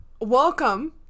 Welcome